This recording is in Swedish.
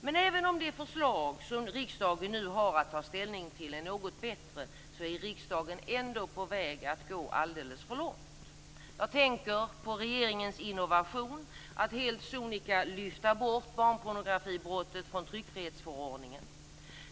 Men även om det förslag som riksdagen nu har att ta ställning till är något bättre, så är riksdagen ändå på väg att gå alldeles för långt. Jag tänker på regeringens innovation att helt sonika lyfta bort barnpornografibrottet från tryckfrihetsförordningen.